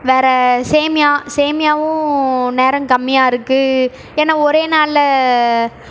வேறு சேமியா சேமியாவும் நேரம் கம்மியாக இருக்குது ஏன்னால் ஒரே நாளில்